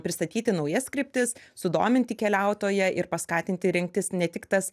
pristatyti naujas kryptis sudominti keliautoją ir paskatinti rinktis ne tik tas